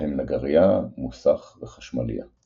בהם נגריה, מוסך וחשמליה.